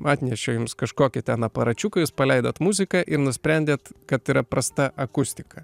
atnešė jums kažkokį ten aparačiuką jūs paleidot muziką ir nusprendėt kad yra prasta akustika